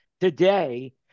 today